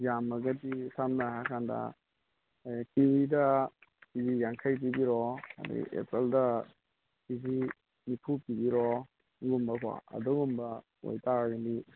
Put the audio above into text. ꯌꯥꯝꯃꯒꯗꯤ ꯁꯝꯅ ꯍꯥꯏꯔ ꯀꯥꯟꯗ ꯀꯤꯋꯤꯗ ꯀꯦ ꯖꯤ ꯌꯥꯡꯈꯩ ꯄꯤꯕꯤꯔꯛꯑꯣ ꯑꯗꯒꯤ ꯑꯦꯄꯜꯗ ꯀꯦ ꯖꯤ ꯅꯤꯐꯨ ꯄꯤꯕꯤꯔꯣ ꯑꯗꯨꯒꯨꯝꯕꯀꯣ ꯑꯗꯨꯒꯨꯝꯕ ꯑꯣꯏꯇꯥꯔꯒꯗꯤ